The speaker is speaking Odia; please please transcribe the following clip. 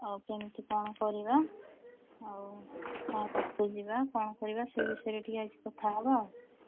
ଆଉ କେମିତି କ'ଣ କରିବା ଆଉ କାହା ପାଖକୁ ଯିବା କ'ଣ କରିବା ସେ ବିଷୟରେ ଟିକିଏ ଆଜି କଥା ହେବା ଆଉ